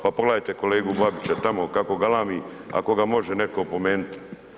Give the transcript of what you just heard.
Pa pogledajte kolegu Babića tamo kako galami, ako ga može neko opomenut.